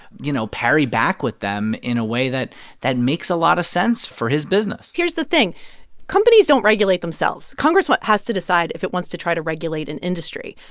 you know, parry back with them in a way that that makes a lot of sense for his business here's the thing companies don't regulate themselves. congress what? has to decide if it wants to try to regulate an industry.